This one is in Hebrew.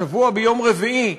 השבוע ביום רביעי,